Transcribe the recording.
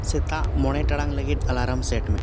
ᱥᱮᱛᱟᱜ ᱢᱚᱬᱮ ᱴᱟᱲᱟᱝ ᱞᱟᱹᱜᱤᱫ ᱢᱮ